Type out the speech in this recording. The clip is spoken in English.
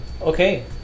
Okay